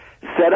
set